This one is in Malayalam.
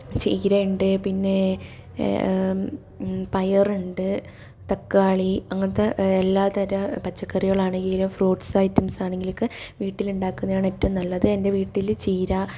ചീരയുണ്ട് പിന്നെ പയറുണ്ട് തക്കാളി അങ്ങനത്തെ എല്ലാ തരം പച്ചക്കറികളാണെങ്കിലും ഫ്രൂട്സ് ഐറ്റംസ് ആണെങ്കിലൊക്കെ വീട്ടിൽ ഉണ്ടാകുന്നയാണ് ഏറ്റവും നല്ലത് എൻ്റെ വീട്ടിൽ ചീര